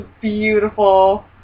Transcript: beautiful